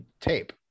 tape